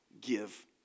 Give